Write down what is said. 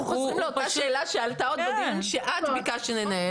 אנחנו חוזרים לאותה שאלה שעלתה עוד בדיון שאת ביקשת שננהל.